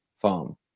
farm